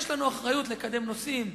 יש לנו אחריות לקדם נושאים,